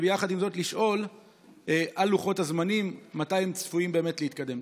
ויחד עם זה לשאול על לוחות הזמנים ומתי הם צפויים באמת להתקדם.